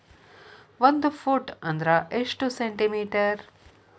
ಒಂದು ಫೂಟ್ ಅಂದ್ರ ಎಷ್ಟು ಸೆಂಟಿ ಮೇಟರ್?